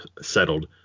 settled